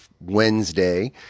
Wednesday